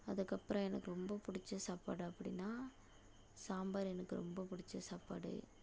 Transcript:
அதுக்கப்றம் எனக்கு ரொம்ப பிடித்த சாப்பாடு அப்படின்னா சாம்பார் எனக்கு ரொம்ப பிடித்த சாப்பாடு